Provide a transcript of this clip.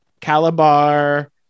Calabar